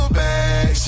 back